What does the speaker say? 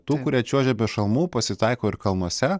tų kurie čiuožia be šalmų pasitaiko ir kalnuose